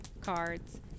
cards